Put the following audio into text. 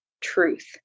truth